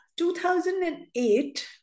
2008